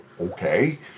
Okay